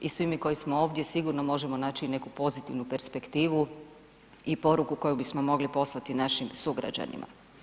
I svi mi koji smo ovdje sigurno možemo naći i neku pozitivnu perspektivu i poruku koju bismo mogli poslati našim sugrađanima.